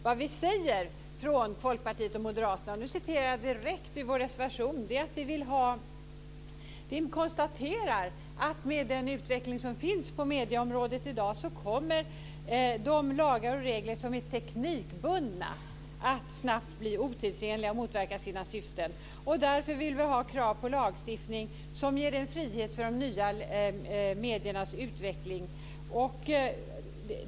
Vad vi säger från Folkpartiet och Moderaterna är - och nu hänvisar jag direkt till vår reservation - är att med den utveckling som finns på medieområdet i dag kommer de lagar och regler som är teknikbundna snabbt att bli otidsenliga och motverka sina syften. Därför har vi krav på lagstiftning som ger en frihet för de nya mediernas utveckling.